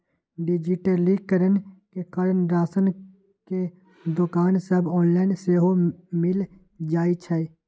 डिजिटलीकरण के कारण राशन के दोकान सभ ऑनलाइन सेहो मिल जाइ छइ